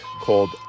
called